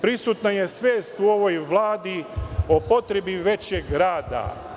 Prisutna je svest u ovoj vladi o potrebi većeg rada.